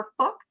workbook